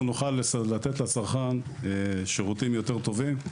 נוכל לתת לצרכן שירותים יותר טובים,